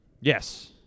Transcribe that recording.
Yes